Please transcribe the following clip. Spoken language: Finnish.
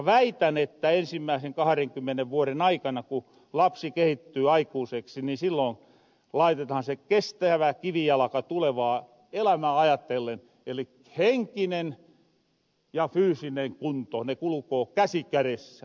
väitän että ensimmääsen kahrenkymmenen vuoren aikana ku lapsi kehittyy aikuiseksi ni sillon laitetahan se kestävä kivijalka tulevaa elämää ajatellen eli henkinen ja fyysinen kunto ne kulkoo käsi käressä